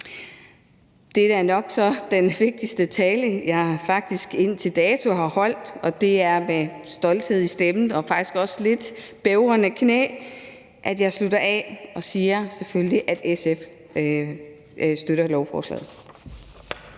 her er nok den vigtigste tale, jeg faktisk indtil dato har holdt, og det er med stolthed i stemmen og faktisk også med lidt bævrende knæ, at jeg slutter af med at sige, at SF selvfølgelig støtter lovforslaget.